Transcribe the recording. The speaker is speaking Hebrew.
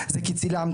זה כי צילמתי.